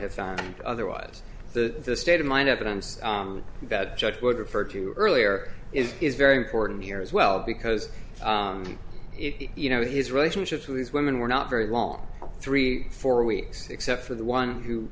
found otherwise the state of mind evidence that judge would refer to earlier is is very important here as well because you know his relationships with these women were not very long three four weeks except for the one who